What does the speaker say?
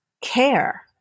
care